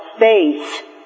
faith